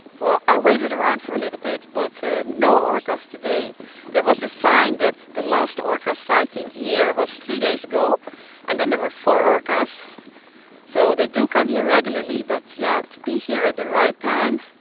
well, i waited around for a little bit, but no orcas today there was a sign that the last orca sighting here was three days ago and then there were four orcas so they do come here regularly but yeah, to be here at the right time,